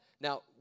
Now